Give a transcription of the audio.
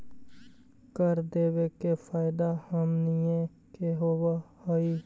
कर देबे से फैदा हमनीय के होब हई